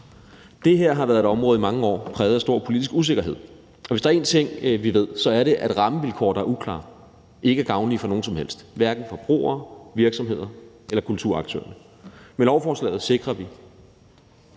mange år været et område præget af stor politisk usikkerhed, og hvis der er en ting, vi ved, er det, at rammevilkår, der er uklare, ikke er gavnlige for nogen som helst, hverken forbrugere, virksomheder eller kulturaktørerne. Med lovforslaget sikrer vi